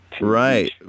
Right